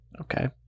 Okay